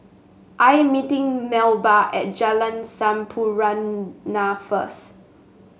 I am meeting Melba at Jalan Sampurna first